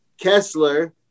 Kessler